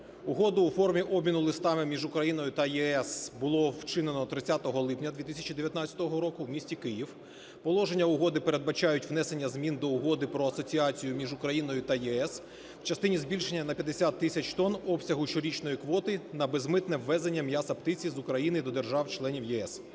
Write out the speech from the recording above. Угоду у формі обміну листами між Україною та ЄС було вчинено 30 липня 2019 року в місті Київ. Положення угоди передбачають внесення змін до Угоди про асоціацію між Україною та ЄС в частині збільшення на 50 тисяч тонн обсягу щорічної квоти на безмитне ввезення м'яса птиці з України до держав-членів ЄС.